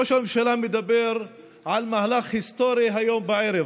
ראש הממשלה מדבר על מהלך היסטורי היום בערב.